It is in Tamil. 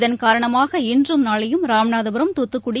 இகன் காரணமாக இன்றம் நாளையும் ராமநாதபுரம் தாத்துக்குடி